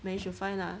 manage to find lah